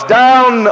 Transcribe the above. down